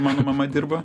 mano mama dirbo